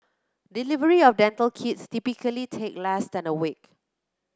delivery of dental kits typically take less than a week